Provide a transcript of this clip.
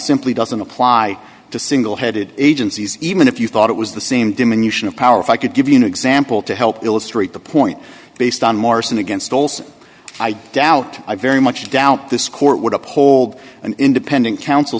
simply doesn't apply to single headed agencies even if you thought it was the same diminution of power if i could give you an example to help illustrate the point based on marson against olson i doubt very much doubt this court would uphold an independent coun